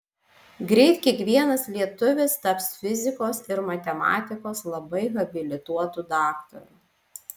greit kiekvienas lietuvis taps fizikos ir matematikos labai habilituotu daktaru